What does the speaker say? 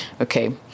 okay